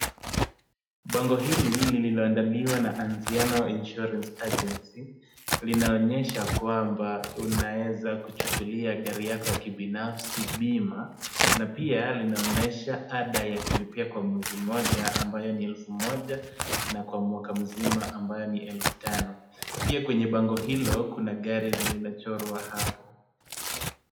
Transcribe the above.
Bango hili lililoandaliwa na Anziano Insurance Agency linaonyesha kwamba unaeza kuchukulia gari yako ya kibinafsi bima. Na pia, linaonyesha ada ya kulipia kwa mwezi mmoja ambayo ni elfu moja na kwa mwaka mzima ambayo ni elfu tano. Pia, kwenye bango hilo kuna gari lililochorwa hapo.